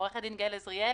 אני עו"ד גאל אזריאל,